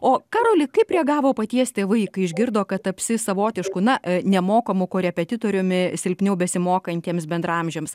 o karoli kaip reagavo paties tėvai kai išgirdo kad tapsi savotišku na nemokamu korepetitoriumi silpniau besimokantiems bendraamžiams